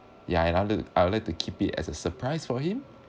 ya and I look I would like to keep it as a surprise for him